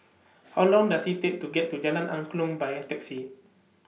How Long Does IT Take to get to Jalan Angklong By Taxi